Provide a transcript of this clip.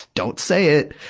don't say it!